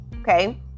okay